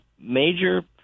major